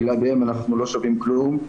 בלעדיהם אנחנו לא שווים כלום.